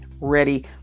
ready